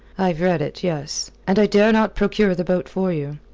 i've read it yes. and i dare not procure the boat for you.